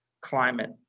climate